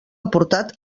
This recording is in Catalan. aportat